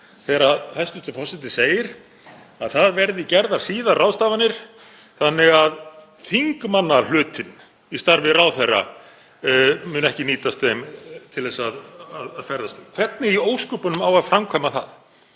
Þegar hæstv. forseti segir að það verði gerðar ráðstafanir síðar þannig að þingmannahlutinn í starfi ráðherra muni ekki nýtast þeim til að ferðast um, hvernig í ósköpunum á að framkvæma það?